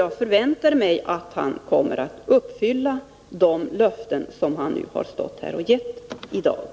Jag förväntar mig att han kommer att uppfylla de löften han har givit i dag.